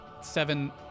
seven